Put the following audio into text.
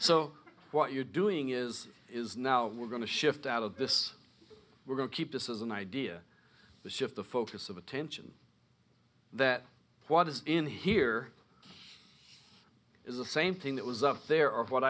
so what you're doing is is now we're going to shift out of this we're going to keep this as an idea to shift the focus of attention that what is in here is the same thing that was up there or what